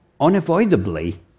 unavoidably